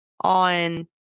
on